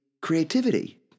creativity